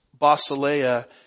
basileia